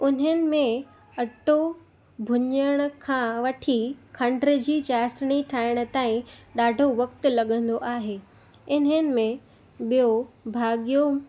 उन्हनि में अटो भुञण खां वठी खंडु जी चासणी ठाहिण ताईं ॾाढो वक़्तु लॻंदो आहे इन्हनि में ॿियों भाॻ